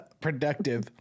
productive